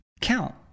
count